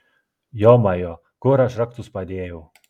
jomajo kur aš raktus padėjau